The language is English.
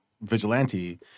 vigilante